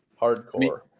hardcore